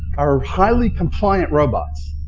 are highly compliant robots,